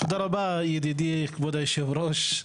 תודה רבה ידידי כבוד יושב הראש.